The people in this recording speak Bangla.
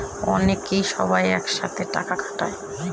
অনেকে সবাই এক সাথে টাকা খাটায়